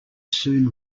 soon